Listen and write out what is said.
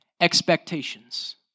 expectations